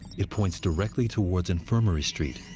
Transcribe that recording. it points directly towards infirmary street,